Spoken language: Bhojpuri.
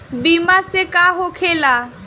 बीमा से का होखेला?